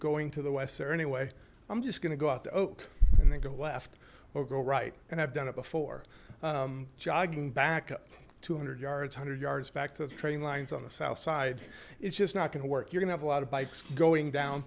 going to the west there anyway i'm just gonna go out to oak and then go left or go right and i've done it before jogging back two hundred yards hundred yards back to the training lines on the south side it's just not going to work you're gonna have a lot of bikes going